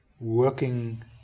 working